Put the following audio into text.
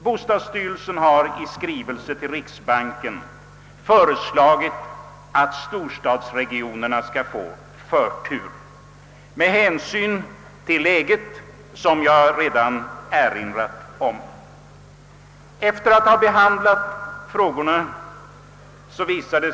Bostadsstyrelsen har i skrivelse till riksbanken föreslagit att storstadsregionerna skall få förtur med hänsyn till bostadsläget. Riksbanksfullmäktige är emellertid efter sin behandling av frågan oeniga.